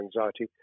anxiety